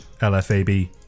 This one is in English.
lfab